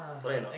correct a not